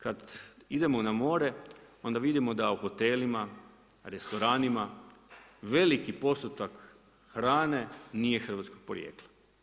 Kad idemo na more, onda vidimo da u hotelima, restoranima, veliki postotak hrane nije hrvatskog porijekla.